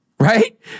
Right